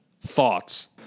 Thoughts